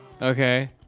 Okay